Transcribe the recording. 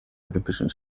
olympischen